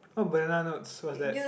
what banana notes what's that